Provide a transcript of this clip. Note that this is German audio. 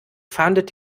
fahndet